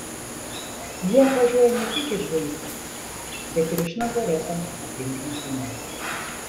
jie atvažiuoja ne tik iš haifos bet ir iš nazareto aplinkinių kaimų